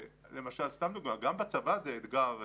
גם בצבא זה אתגר,